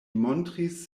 montris